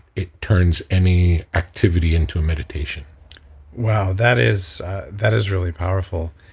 it turns any activity into a meditation wow. that is that is really powerful.